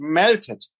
melted